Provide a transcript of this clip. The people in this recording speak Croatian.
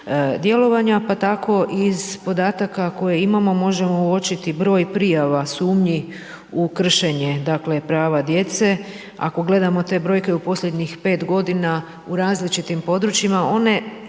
pa tako iz podataka koje imamo, možemo uočiti broj prijava, sumnji u kršenje dakle, prava djece. Ako gledamo te brojke u posljednjih 5 g. u različitim područjima, one